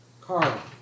Carl